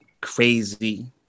crazy